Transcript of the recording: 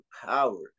power